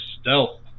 stealth